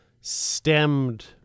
stemmed